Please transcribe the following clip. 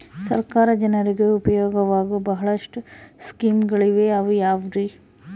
ಸರ್ಕಾರ ಜನರಿಗೆ ಉಪಯೋಗವಾಗೋ ಬಹಳಷ್ಟು ಸ್ಕೇಮುಗಳಿವೆ ಅವು ಯಾವ್ಯಾವ್ರಿ?